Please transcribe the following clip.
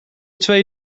twee